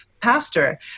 pastor